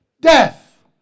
Death